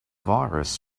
virus